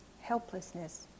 helplessness